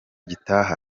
gitaha